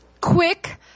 quick